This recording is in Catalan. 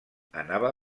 anava